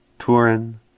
Turin